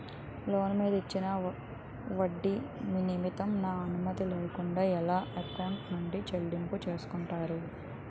Loan మీద ఇచ్చిన ఒడ్డి నిమిత్తం నా అనుమతి లేకుండా ఎలా నా ఎకౌంట్ నుంచి చెల్లింపు చేసుకుంటారు?